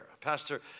Pastor